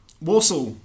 Warsaw